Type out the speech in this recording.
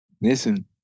Listen